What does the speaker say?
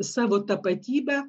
savo tapatybę